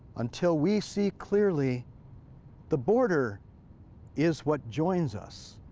until we see clearly the border is what joins us,